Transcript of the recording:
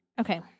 Okay